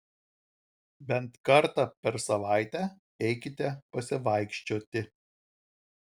bent kartą per savaitę eikite pasivaikščioti